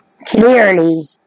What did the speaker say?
clearly